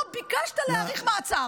לא ביקשת להאריך מעצר.